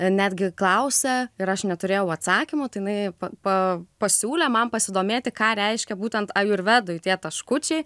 netgi klausė ir aš neturėjau atsakymų tai jinai pa pasiūlė man pasidomėti ką reiškia būtent ajurvedoj tie taškučiai